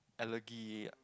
elegy